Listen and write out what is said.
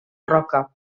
roca